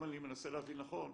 אם אני מנסה להבין נכון,